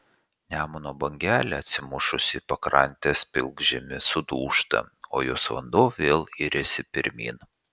nemuno bangelė atsimušusi į pakrantės pilkžemį sudūžta o jos vanduo vėl iriasi pirmyn